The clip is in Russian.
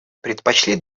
предпочли